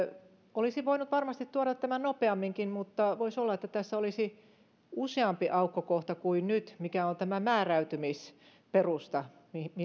olisi voinut varmasti tuoda tämän nopeamminkin mutta voisi olla että tässä olisi useampi aukkokohta kuin nyt siinä mikä on tämä määräytymisperusta